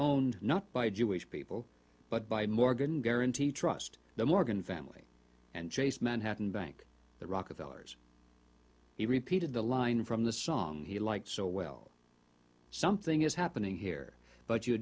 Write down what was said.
own not by jewish people but by morgan guaranty trust the morgan family and chase manhattan bank the rockefeller's he repeated the line from the song he liked so well something is happening here but you